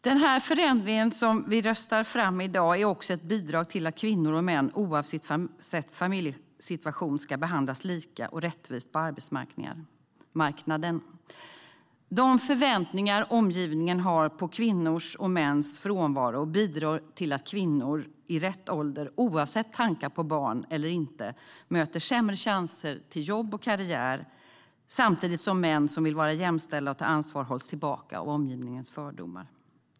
Den förändring som vi röstar fram i dag är också ett bidrag till att kvinnor och män, oavsett familjesituation, ska behandlas lika och rättvist på arbetsmarknaden. De förväntningar omgivningen har på kvinnors och mäns frånvaro bidrar till att kvinnor i rätt ålder, oavsett tankar på barn eller inte, möter sämre chanser till jobb och karriär samtidigt som män som vill vara jämställda och ta ansvar hålls tillbaka av omgivningens fördomar.